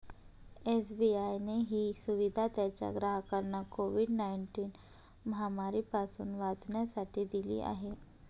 SBI ने ही सुविधा त्याच्या ग्राहकांना कोविड नाईनटिन महामारी पासून वाचण्यासाठी दिली आहे